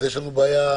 יש לנו בעיה.